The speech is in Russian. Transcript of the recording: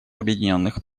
объединенных